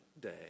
day